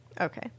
Okay